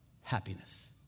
happiness